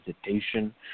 hesitation